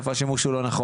איפה השימוש הוא לא נכון,